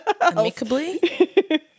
amicably